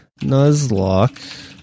Nuzlocke